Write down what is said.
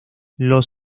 los